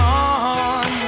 on